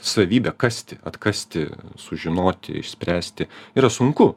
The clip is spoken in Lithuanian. savybe kasti atkasti sužinoti išspręsti yra sunku